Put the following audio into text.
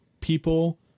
people